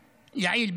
"יעיל".